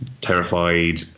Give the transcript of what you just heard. terrified